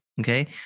okay